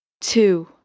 two